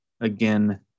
Again